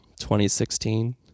2016